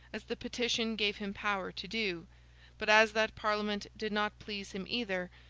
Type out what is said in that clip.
as the petition gave him power to do but as that parliament did not please him either,